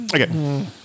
Okay